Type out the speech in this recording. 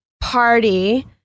party